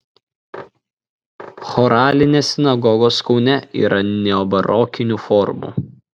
choralinės sinagogos kaune yra neobarokinių formų